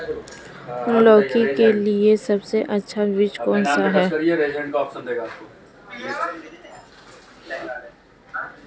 लौकी के लिए सबसे अच्छा बीज कौन सा है?